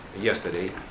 yesterday